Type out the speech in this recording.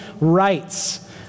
rights